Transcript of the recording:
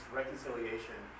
reconciliation